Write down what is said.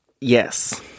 Yes